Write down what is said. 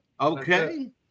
Okay